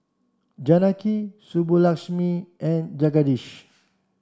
Janaki Subbulakshmi and Jagadish